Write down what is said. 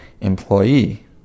employee